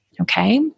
okay